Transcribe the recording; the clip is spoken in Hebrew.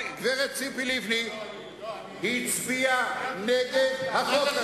גברת ציפי לבני הצביעה נגד החוק הזה.